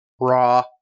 raw